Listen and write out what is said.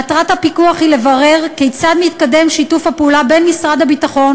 מטרת הפיקוח היא לברר כיצד מתקדם שיתוף הפעולה בין משרד הביטחון